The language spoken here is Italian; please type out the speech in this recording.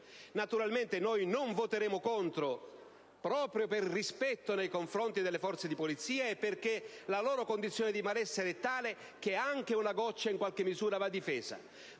Naturalmente noi non voteremo contro, proprio per rispetto delle Forze di polizia e perché la loro condizione di malessere è tale che anche una goccia va difesa.